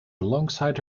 alongside